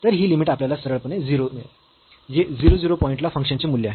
तर ही लिमिट आपल्याला सरळपणे 0 मिळेल जे 0 0 पॉईंटला फंक्शन चे मूल्य आहे